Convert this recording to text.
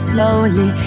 Slowly